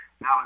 now